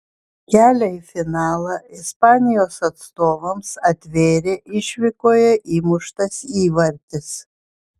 kelią į finalą ispanijos atstovams atvėrė išvykoje įmuštas įvartis